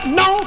no